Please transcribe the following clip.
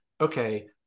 okay